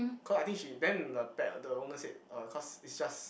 cause I think she then the pet the owner say uh cause is just